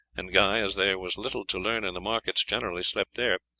and guy, as there was little to learn in the markets, generally slept there.